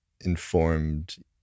informed